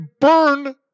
burn